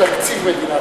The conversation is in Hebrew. את תקציב מדינת ישראל.